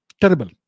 terrible